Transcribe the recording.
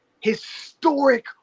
historic